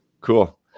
Cool